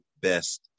best